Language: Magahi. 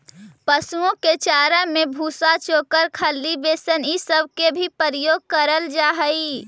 पशुओं के चारा में भूसा, चोकर, खली, बेसन ई सब के भी प्रयोग कयल जा हई